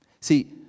See